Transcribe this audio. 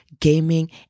gaming